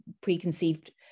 preconceived